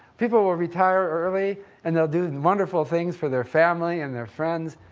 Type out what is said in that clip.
people will retire early and they'll do wonderful things for their family and their friends.